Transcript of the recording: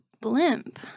Blimp